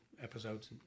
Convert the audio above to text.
episodes